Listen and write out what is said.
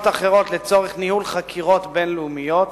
אחרות לצורך ניהול חקירות בין-לאומיות,